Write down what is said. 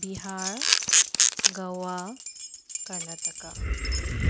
Bihar Goa Karnataka